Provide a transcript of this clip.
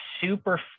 super